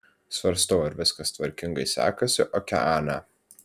svarstau ar viskas tvarkingai sekasi okeane